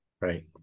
Right